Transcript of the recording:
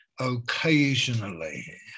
occasionally